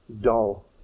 dull